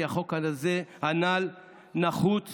אני מסיק כי החוק הנ"ל נחוץ